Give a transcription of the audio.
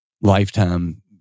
lifetime